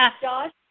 Josh